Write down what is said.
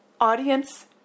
Audience